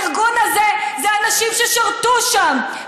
הארגון הזה זה אנשים ששירתו שם,